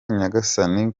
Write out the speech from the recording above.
nyagasani